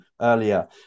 earlier